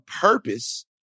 purpose